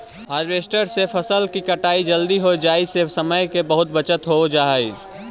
harvester से फसल के कटाई जल्दी हो जाई से समय के बहुत बचत हो जाऽ हई